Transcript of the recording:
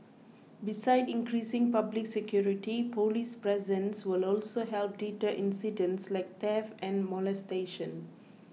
besides increasing public security police presence will also help deter incidents like theft and molestation